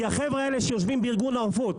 כי החבר'ה שיושבים בארגון העופות,